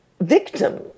victim